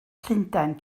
llundain